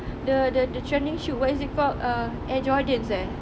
the the the training shoes what is it called ah air jordans eh